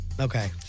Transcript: Okay